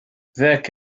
ذاك